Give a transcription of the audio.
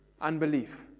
Unbelief